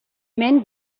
men